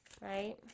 right